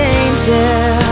angel